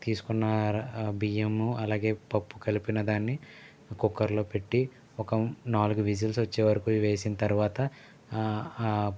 తీసుకున్నార బియ్యము అలాగే పప్పు కలిపిన దాన్ని కుక్కర్లో పెట్టి ఒక నాలుగు విజిల్స్ వచ్చేవరకు వేసిన తర్వాత